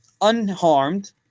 unharmed